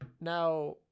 now